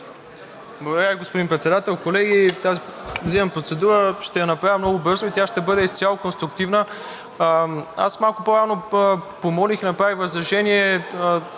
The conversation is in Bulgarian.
Благодаря Ви, господин Председател. Колеги, вземам процедура, ще я направя много бързо и тя ще бъде изцяло конструктивна. Малко по-рано помолих, направих възражение,